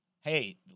Hey